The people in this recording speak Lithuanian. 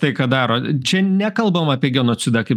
tai ką daro čia nekalbam apie genocidą kaip